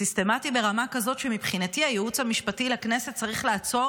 סיסטמתי ברמה כזאת שמבחינתי הייעוץ המשפטי לכנסת צריך לעצור